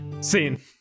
Scene